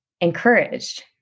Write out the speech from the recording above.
encouraged